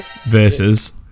versus